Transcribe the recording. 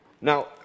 Now